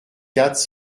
quatre